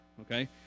Okay